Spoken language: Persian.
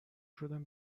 شدم